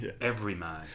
everyman